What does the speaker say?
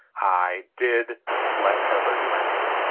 i did let harper do my makeup.